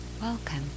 welcome